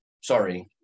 sorry